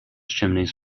chimneys